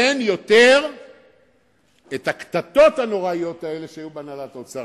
אין יותר הקטטות הנוראיות האלה שהיו בהנהלת האוצר,